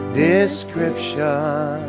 description